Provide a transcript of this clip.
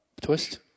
Twist